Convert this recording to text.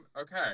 okay